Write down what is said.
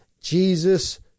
Jesus